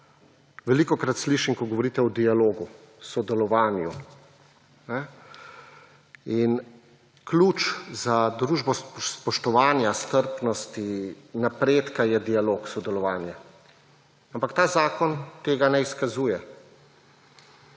velikokrat slišim, ko govorite o dialogu, sodelovanju in ključ za družbo spoštovanja strpnosti, napredka, je dialog, sodelovanje, ampak ta zakon tega ne izkazuje.